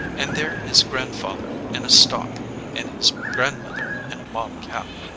and there his grandfather in a stock and his grandmother in a mob cap.